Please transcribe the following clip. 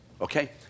Okay